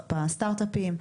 בסטרטאפים,